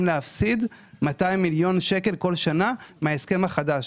להפסיד 200 מיליון שקל בכל שנה מההסכם החדש,